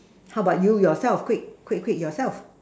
how about you yourself quick quick yourself